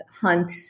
Hunt